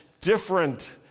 different